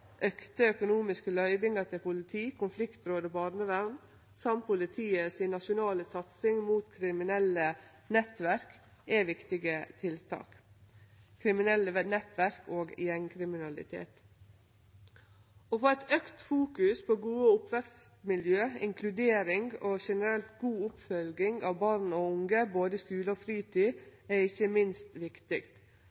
økonomiske løyvingar til politi, konfliktråd og barnevern samt politiets nasjonale satsing mot kriminelle nettverk og gjengkriminalitet, er viktige tiltak. Å få auka fokusering på gode oppvekstmiljø, inkludering og generell god oppfølging av barn og unge i både skule og fritid,